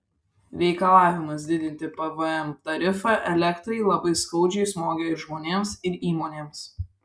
reikalavimas didinti pvm tarifą elektrai labai skaudžiai smogė ir žmonėms ir įmonėms